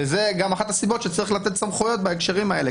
וזו גם אחת הסיבות שצריך לתת סמכויות בהקשרים האלה,